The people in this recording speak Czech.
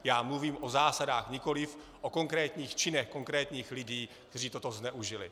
Já mluvím o zásadách, nikoli o konkrétních činech konkrétních lidí, kteří toto zneužili.